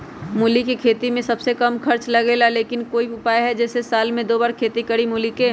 मूली के खेती में सबसे कम खर्च लगेला लेकिन कोई उपाय है कि जेसे साल में दो बार खेती करी मूली के?